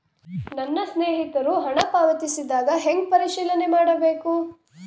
ನನ್ನ ಸ್ನೇಹಿತರು ಹಣ ಪಾವತಿಸಿದಾಗ ಹೆಂಗ ಪರಿಶೇಲನೆ ಮಾಡಬೇಕು?